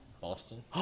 Boston